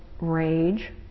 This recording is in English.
rage